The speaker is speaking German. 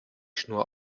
schnur